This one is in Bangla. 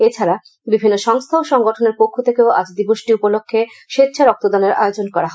এছাড়া বিভিন্ন সংস্থা ও সংগঠনের পক্ষ থেকেও আজ দিবসটি উপলক্ষে স্বেচ্ছা রক্তদানের আয়োজন করা হয়